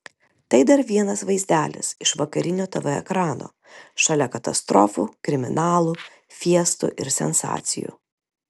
tai dar vienas vaizdelis iš vakarinio tv ekrano šalia katastrofų kriminalų fiestų ir sensacijų